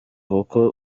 kuko